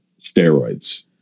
steroids